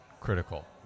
critical